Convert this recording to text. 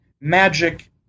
magic